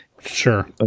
sure